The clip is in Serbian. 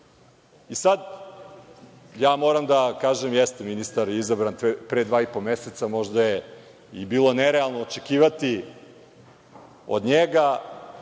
moram da kažem, jeste ministar je izabran pre dva i po meseca, možda je i bilo nerealno očekivati od njega